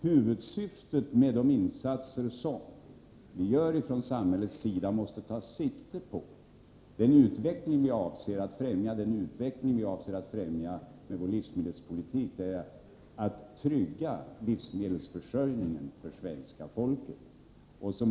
Huvudsyftet med de insatser som vi gör från samhällets sida måste vara att gynna den utveckling som vi avser att främja. Det som vi avser att främja med vår livsmedelspolitik är en utveckling som tryggar livsmedelsförsörjningen för svenska folket.